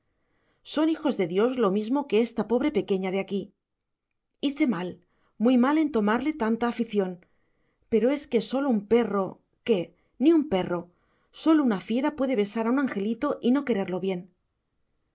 son hijos de dios lo mismo que esta pobre pequeña de aquí hice mal muy mal en tomarle tanta afición pero es que sólo un perro qué ni un perro sólo una fiera puede besar a un angelito y no quererlo bien